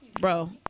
Bro